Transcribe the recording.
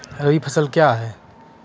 रबी फसल क्या हैं?